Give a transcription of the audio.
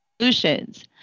solutions